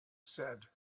said